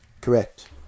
Correct